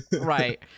Right